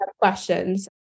questions